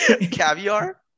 Caviar